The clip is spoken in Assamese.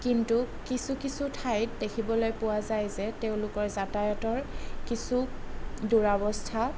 কিন্তু কিছু কিছু ঠাইত দেখিবলৈ পোৱা যায় যে তেওঁলোকৰ যাতায়তৰ কিছু দুৰাৱস্থা